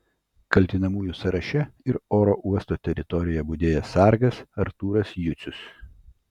kaltinamųjų sąraše ir oro uosto teritorijoje budėjęs sargas artūras jucius